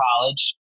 college